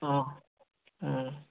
ও হ্যাঁ